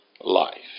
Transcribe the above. life